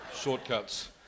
shortcuts